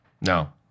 No